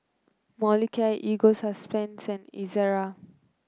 Molicare Ego Sunsense Ezerra